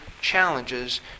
challenges